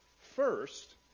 First